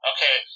Okay